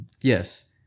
Yes